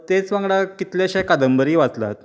तेच वांगडा कितलेंशें कादंबरी वाचलात